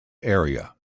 area